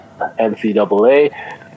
NCAA